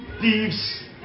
thieves